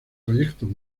proyectos